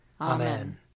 Amen